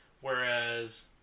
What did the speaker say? Whereas